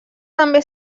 també